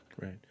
Right